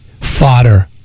fodder